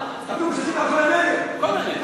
חבר הכנסת